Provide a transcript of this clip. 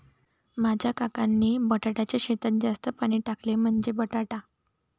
माझ्या काकांनी बटाट्याच्या शेतात जास्त पाणी टाकले, म्हणजे बटाटा